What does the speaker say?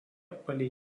palei